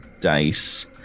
dice